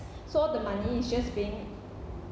so all the money is just being